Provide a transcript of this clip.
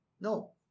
No